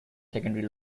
secondary